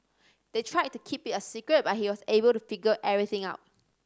they tried to keep it a secret but he was able to figure everything out